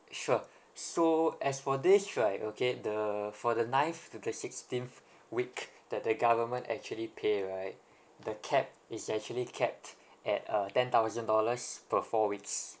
sure so as for this right okay the for the ninth to the sixteenth week that the government actually pay right the cap is actually capped at uh ten thousand dollars per four weeks